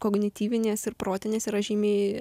kognityvinės ir protinės yra žymiai